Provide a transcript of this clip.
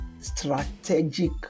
strategic